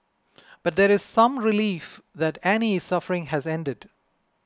but there is some relief that Annie's suffering has ended